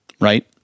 right